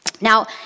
Now